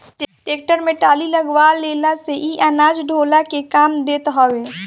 tractor में trolley लगवा लेहला से इ अनाज ढोअला के काम देत हवे